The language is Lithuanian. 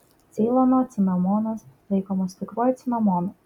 ceilono cinamonas laikomas tikruoju cinamonu